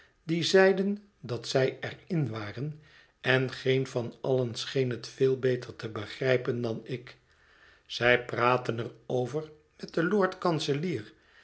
die zeiden dat zij er in waren en geen van allen scheen het veel beter te begrijpen dan ik zij praatten er over met den lord-kanselier